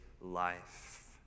life